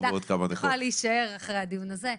את יכולה להישאר אחרי הדיון הזה.